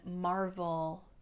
marvel